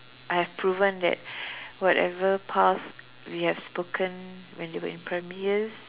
I have proven that whatever path we have spoken when they were in primary years